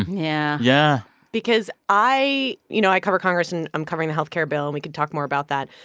yeah yeah because i you know, i cover congress. and i'm covering the health care bill. and we can talk more about that.